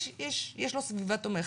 יש לו סביבה תומכת,